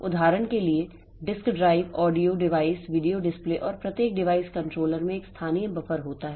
उदाहरण के लिए disk drive audio device video display और प्रत्येक डिवाइस कंट्रोलर में एक स्थानीय बफर होता है